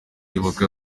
ibuka